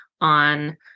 on